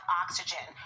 oxygen